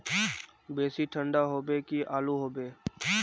बेसी ठंडा होबे की आलू होबे